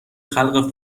خلق